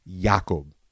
Jacob